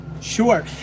Sure